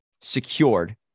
secured